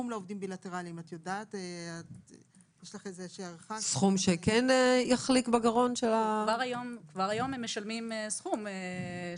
יש לך איזושהי הערכה לגבי הסכום שצריך להיגבות מהעובדים